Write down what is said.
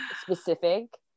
specific